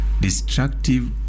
Destructive